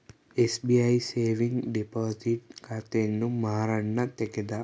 SBI saving deposit ಖಾತೆಯನ್ನು ಮಾರಣ್ಣ ತೆಗದ